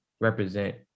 represent